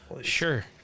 Sure